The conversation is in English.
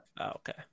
Okay